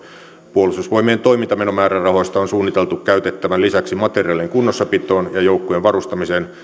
puolustusvoimien toimintamenomäärärahoista on suunniteltu käytettävän lisäksi materiaalien kunnossapitoon ja joukkojen varustamiseen